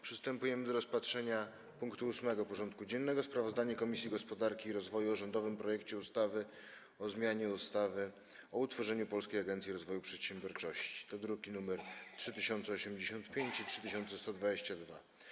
Przystępujemy do rozpatrzenia punktu 8. porządku dziennego: Sprawozdanie Komisji Gospodarki i Rozwoju o rządowym projekcie ustawy o zmianie ustawy o utworzeniu Polskiej Agencji Rozwoju Przedsiębiorczości (druki nr 3085 i 3122)